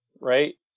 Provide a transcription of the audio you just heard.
right